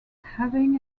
having